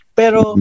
pero